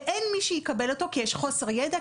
ואין מי שיקבל אותו כי יש חוסר ידע,